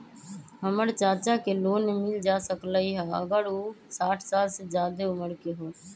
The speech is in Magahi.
हमर चाचा के लोन मिल जा सकलई ह अगर उ साठ साल से जादे उमर के हों?